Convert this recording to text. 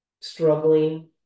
struggling